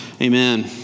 Amen